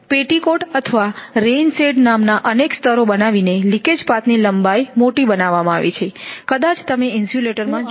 petticoat અથવા rain shed નામના અનેક સ્તરો બનાવીને લિકેજ પાથની લંબાઈ મોટી બનાવવામાં આવે છે કદાચ તમે ઇન્સ્યુલેટરમાં જોયું હશે